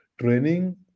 training